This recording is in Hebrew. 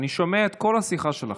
אני שומע את כל השיחה שלכם,